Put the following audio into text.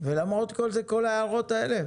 ולמרות כל זה כל ההערות האלה?